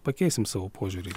pakeisim savo požiūrį